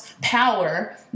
power